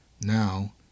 Now